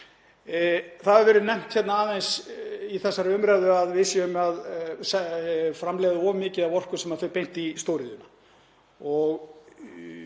Það hefur verið nefnt aðeins í þessari umræðu að við séum að framleiða of mikið af orku sem fer beint til stóriðjunnar.